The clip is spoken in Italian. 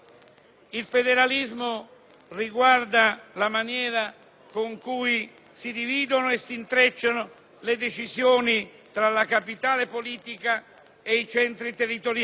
con cui si dividono e si intrecciano le decisioni tra la capitale politica e i centri territoriali, i rapporti tra le Regioni e le comunità locali minori,